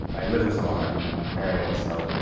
i live with someone. i'm i'm married. and so, you